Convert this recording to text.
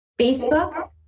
Facebook